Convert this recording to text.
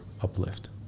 uplift